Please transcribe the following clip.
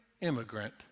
immigrant